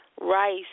rice